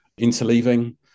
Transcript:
interleaving